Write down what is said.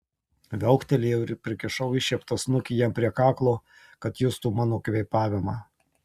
viauktelėjau ir prikišau iššieptą snukį jam prie kaklo kad justų mano kvėpavimą